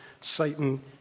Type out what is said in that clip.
Satan